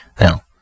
Now